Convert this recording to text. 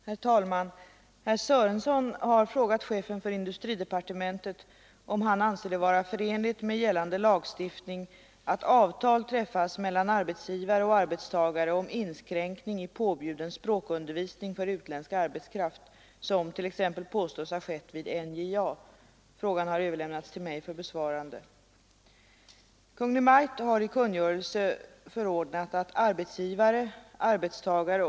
Herr talman! Herr Sörenson har frågat chefen för industridepartementet om han anser det vara förenligt med gällande lagstiftning att avtal träffas mellan arbetsgivare och arbetstagare om inskränkning i påbjuden språkundervisning för utländsk arbetskraft, såsom t.ex. påstås ha skett vid NJA. Frågan har överlämnats till mig för besvarande.